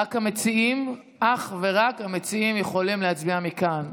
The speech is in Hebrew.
רק המציעים, אך ורק המציעים יכולים להצביע מכאן.